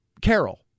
Carol